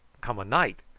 come a night.